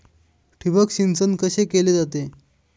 ठिबक सिंचन कसे केले जाते?